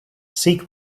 seek